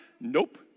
Nope